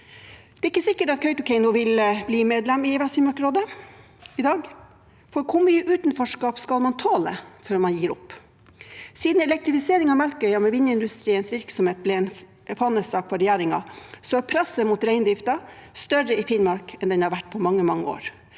Det er ikke sikkert at Kautokeino vil bli medlem i Vest-Finnmark Rådet i dag, for hvor mye utenforskap skal man tåle før man gir opp? Siden elektrifisering av Melkøya med vindindustriens virksomhet ble en fanesak for regjeringen, er presset mot reindriften større i Finnmark enn det har vært på mange, mange år.